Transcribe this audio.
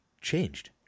changed